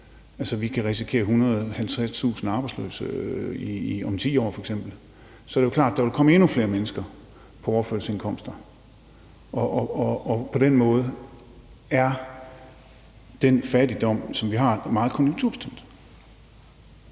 Altså, vi kan risikere at have 150.000 arbejdsløse om 10 år f.eks, og så er det jo klart, at der vil komme endnu flere mennesker på overførselsindkomster. På den måde er den fattigdom, som vi har, meget konjunkturbestemt.